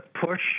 push